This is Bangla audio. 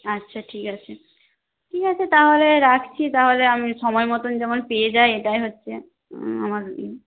আচ্ছা ঠিক আছে ঠিক আছে তাহলে রাখছি তাহলে আমি সময় মতন যেমন পেয়ে যাই এটাই হচ্ছে আমার